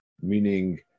meaning